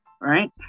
Right